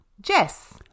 Jess